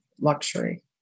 luxury